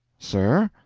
sir?